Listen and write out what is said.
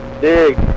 Dig